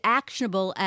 actionable